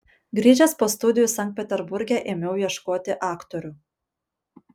grįžęs po studijų sankt peterburge ėmiau ieškoti aktorių